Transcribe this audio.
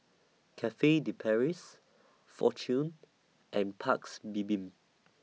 Cafe De Paris Fortune and Paik's Bibim